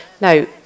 Now